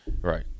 Right